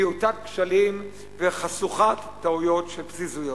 מעוטת כשלים וחשוכת טעויות של פזיזויות.